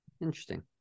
Interesting